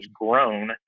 grown